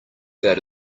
that